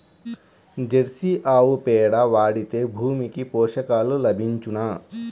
Jersey ఆవు పేడ వాడితే భూమికి పోషకాలు లభించునా?